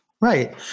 right